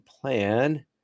plan